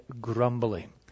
grumbling